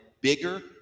bigger